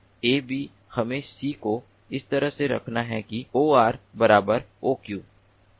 तो A B हमें C को इस तरह से रखना है कि OR OQ